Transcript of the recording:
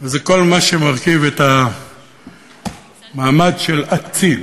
וזה כל מה שמרכיב מעמד של אציל.